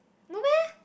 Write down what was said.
no meh